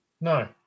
No